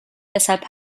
deshalb